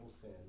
sin